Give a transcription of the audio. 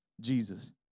Jesus